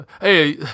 Hey